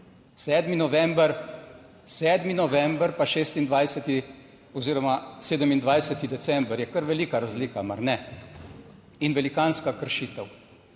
7. november, pa 26. oziroma 27. december, je kar velika razlika, mar ne? In velikanska kršitev